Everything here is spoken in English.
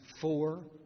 four